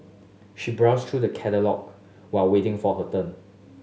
she browsed through the catalogue while waiting for her turn